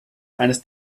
eines